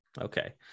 Okay